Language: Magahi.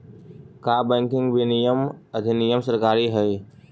का बैंकिंग विनियमन अधिनियम सरकारी हई?